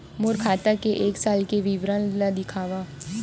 मोर खाता के एक साल के विवरण ल दिखाव?